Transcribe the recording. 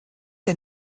der